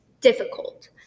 difficult